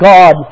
God